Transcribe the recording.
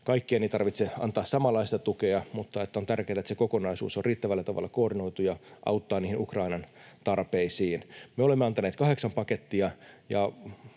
Kaikkien ei tarvitse antaa samanlaista tukea, mutta on tärkeätä, että se kokonaisuus on riittävällä tavalla koordinoitu ja auttaa niihin Ukrainan tarpeisiin. Me olemme antaneet kahdeksan pakettia,